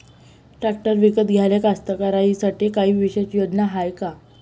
Tractor विकत घ्याले कास्तकाराइसाठी कायी विशेष योजना हाय का?